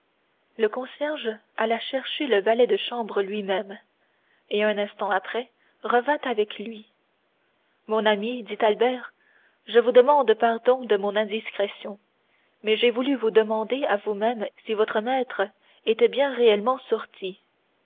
le concierge alla chercher le valet de chambre lui-même et un instant après revint avec lui mon ami dit albert je vous demande pardon de mon indiscrétion mais j'ai voulu vous demander à vous-même si votre maître était bien réellement sorti